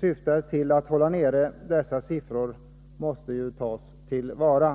syftar till att hålla nere dessa siffror måste tas till vara.